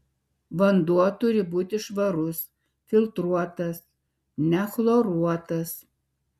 vanduo turi būti švarus filtruotas nechloruotas